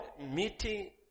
meeting